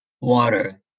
water